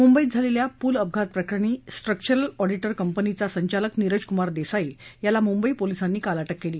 मुंबईत झालेल्या पूल अपघात प्रकरणी स्ट्रक्चरल ऑडिटर कंपनीचा संचालक नीरजक्मार देसाई याला मुंबई पोलिसांनी काल अटक केली